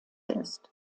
ist